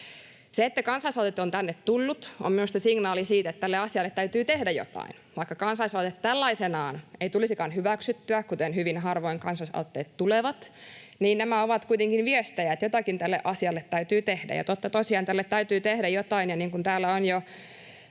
Se, että kansalaisaloite on tänne tullut, on minusta signaali siitä, että tälle asialle täytyy tehdä jotain. Vaikka kansalaisaloite tällaisenaan ei tulisikaan hyväksyttyä, kuten hyvin harvoin kansalaisaloitteet tulevat, nämä ovat kuitenkin viestejä, että jotakin tälle asialle täytyy tehdä, ja totta tosiaan tälle täytyy tehdä jotain. Täällä salissa on jo